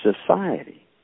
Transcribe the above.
society